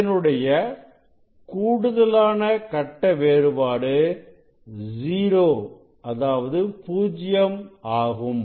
இதனுடைய கூடுதலான கட்ட வேறுபாடு 0 ஆகும்